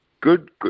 good